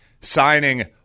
signing